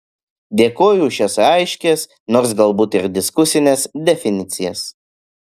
dėkoju už šias aiškias nors galbūt ir diskusines definicijas